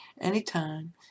anytime